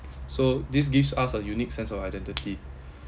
so this gives us a unique sense of identity